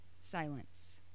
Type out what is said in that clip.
Silence